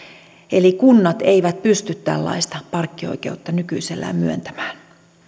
eli kunnat eivät pysty tällaista parkkioikeutta nykyisellään myöntämään